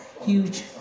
huge